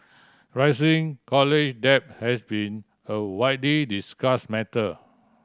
rising college debt has been a widely discussed matter